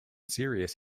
serious